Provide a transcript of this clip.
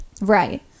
Right